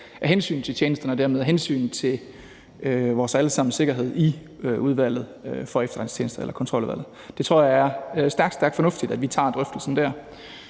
af hensyn til tjenesterne og dermed af hensyn til vores alle sammens sikkerhed i Udvalget vedrørende Efterretningstjenesterne eller Kontroludvalget. Jeg tror, det er stærkt, stærkt fornuftigt, at vi tager drøftelsen der.